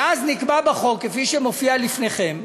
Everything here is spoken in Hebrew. ואז נקבע בחוק, כפי שמופיע לפניכם,